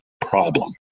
Problem